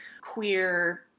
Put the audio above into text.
queer